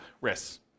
risks